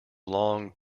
long